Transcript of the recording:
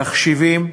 תחשיבים,